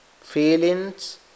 feelings